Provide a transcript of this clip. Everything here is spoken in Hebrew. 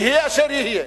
יהיה אשר יהיה,